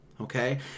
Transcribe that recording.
okay